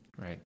Right